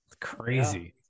crazy